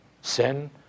Sin